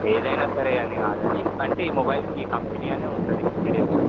ఏదైనా సరే అని కాదు కానీ అంటే ఈ మొబైల్స్కి కంపెనీ అని ఉంటుంది డిడక్షన్